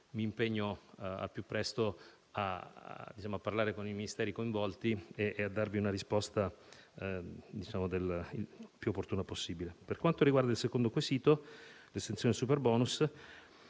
mi impegno a parlare al più presto con i Ministeri coinvolti e a darvi la risposta più opportuna possibile. Per quanto riguarda il secondo quesito sull'estensione del superbonus,